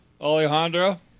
Alejandro